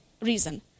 reason